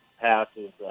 passes